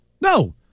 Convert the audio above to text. no